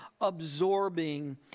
absorbing